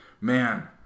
man